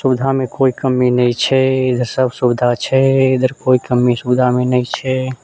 सुविधामे कोइ कमी नहि छै सब सुविधा छै इधर कोइ कमी सुविधामे नहि छै